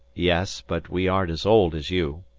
yes, but we aren't as old as you.